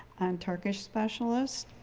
turkish specialist.